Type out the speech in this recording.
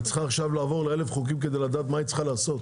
היא צריכה עכשיו לעבור ל-1,000 חוקים כדי לדעת מה היא צריכה לעשות?